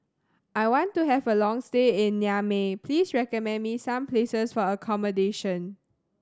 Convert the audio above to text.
I want to have a long stay in Niamey please recommend me some places for accommodation